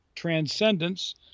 Transcendence